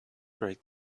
break